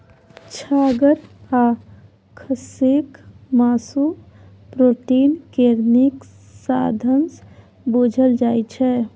छागर आ खस्सीक मासु प्रोटीन केर नीक साधंश बुझल जाइ छै